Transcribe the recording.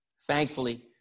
Thankfully